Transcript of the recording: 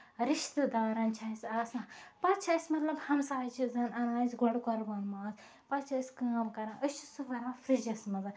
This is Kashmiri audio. رِشتہٕ دارَن چھُ اَسہِ آسان پَتہٕ چھُ اَسہِ مطلب ہَمساے چھِ زَن اَنان اَسہِ گۄڈٕ قۄربان ماز پَتہٕ چھِ أسۍ کٲم کران أسۍ چھِ سُہ بَران فرجَس منٛز